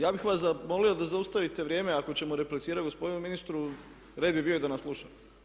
Ja bih vas zamolio da zaustavite vrijeme ako ćemo replicirati gospodinu ministru red bi bio i da nas sluša.